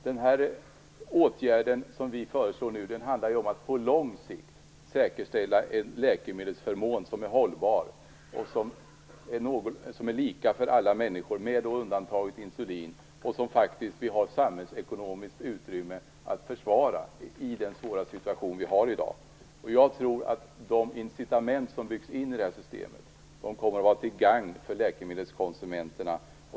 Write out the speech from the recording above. Den åtgärd vi nu föreslår handlar om att på lång sikt säkerställa ett system med läkemedelsförmåner som är hållbart och som är lika för alla - insulinet är undantaget - som vi faktiskt har samhällsekonomiskt utrymme att försvara i den svåra situation vi är i i dag. Jag tror att de incitament som byggs in i systemet kommer att vara till gagn för läkemedelskonsumenterna.